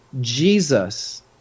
Jesus